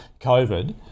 COVID